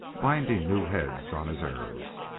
binding new heads on his arrows.